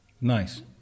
Nice